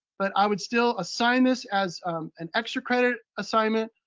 but i would still assign this as an extra credit assignment,